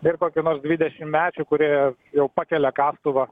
ir kokių nors dvidešimtmečių kurie jau pakelia kastuvą